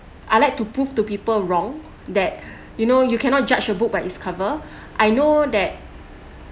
I like to prove to people wrong that you know you cannot judge a book by its cover I know that